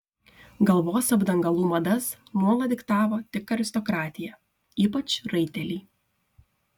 galvos apdangalų madas nuolat diktavo tik aristokratija ypač raiteliai